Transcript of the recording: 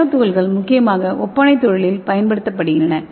நானோ துகள்கள் முக்கியமாக ஒப்பனைத் தொழிலில் பயன்படுத்தப்படுகின்றன